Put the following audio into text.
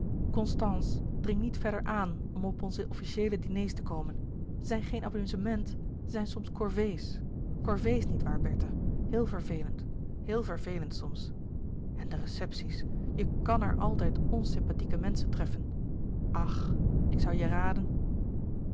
constance dring niet verder aan om op onze officiëele diners te komen ze zijn geen amuzement ze zijn soms corvées corvées niet waar bertha heel vervelend louis couperus de boeken der kleine zielen heel vervelend soms en de recepties je kàn er altijd onsympathieke menschen treffen ach ik zoû je raden